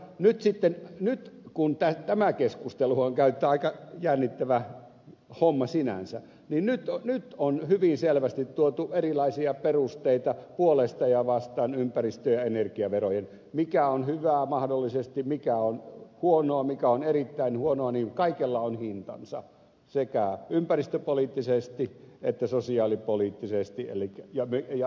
nyt kun tätä keskustelua on käyty tämä on aika jännittävä homma sinänsä niin nyt on hyvin selvästi tuotu erilaisia perusteita ympäristö ja energiaverojen puolesta ja niitä vastaan mikä on hyvää mahdollisesti mikä on huonoa mikä on erittäin huonoa ja kaikella on hintansa sekä ympäristöpoliittisesti että sosiaalipoliittisesti ja yleispoliittisesti